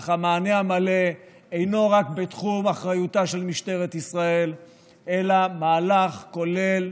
אך המענה המלא אינו רק בתחום אחריותה של משטרת ישראל אלא מהלך כולל,